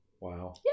wow